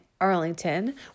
Arlington